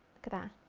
look at that!